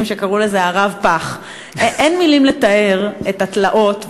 שקראו לזה ה"רב-פח"; אין מילים לתאר את התלאות,